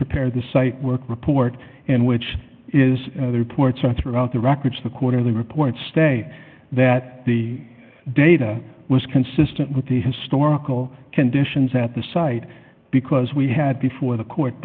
prepared the site work report and which is the reports on throughout the records the quarterly reports stay that the data was consistent with the historical conditions at the site because we had before the court